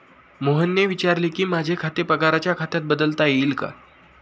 मोहनने विचारले की, माझे खाते पगाराच्या खात्यात बदलता येईल का